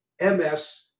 MS